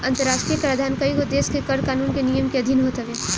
अंतरराष्ट्रीय कराधान कईगो देस के कर कानून के नियम के अधिन होत हवे